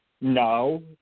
no